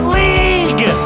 league